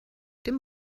dem